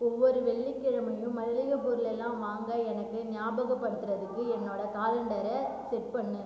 ஒவ்வொரு வெள்ளிக்கிழமையும் மளிகைப் பொருளெல்லாம் வாங்க எனக்கு ஞாபகப்படுத்துறதுக்கு என்னோட காலண்டரை செட் பண்ணு